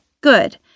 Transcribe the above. good